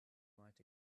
might